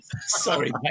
Sorry